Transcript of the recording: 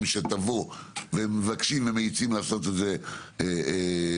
שתבוא ומבקשים ומאיצים לעשות את זה מיידית.